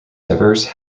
diverse